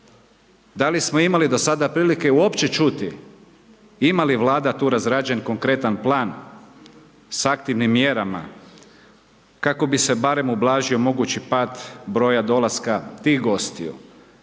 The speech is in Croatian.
Da li smo imali do sada prilike uopće čuti, ima li Vlada tu razrađen konkretan plan s aktivnim mjerama kako bi se barem ublažio mogući pad broja dolaska tih gostiju.